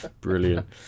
Brilliant